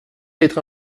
être